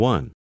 One